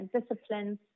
disciplines